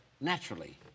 naturally